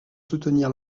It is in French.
soutenir